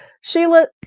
sheila